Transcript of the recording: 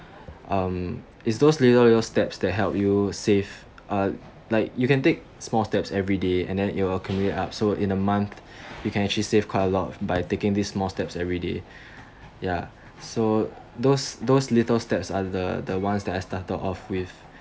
um is those very little steps that help you save uh like you can take small steps every day and then it'll accumulate up so in a month you can actually save quite a lot by taking these small steps every day ya so those those little steps are the the one that I started off with